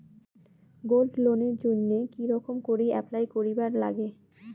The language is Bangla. গোল্ড লোনের জইন্যে কি রকম করি অ্যাপ্লাই করিবার লাগে?